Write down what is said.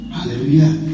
Hallelujah